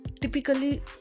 typically